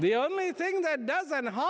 the only thing that doesn't ha